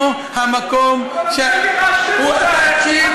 תתרגל ותקשיב טוב.